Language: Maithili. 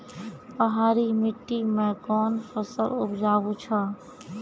पहाड़ी मिट्टी मैं कौन फसल उपजाऊ छ?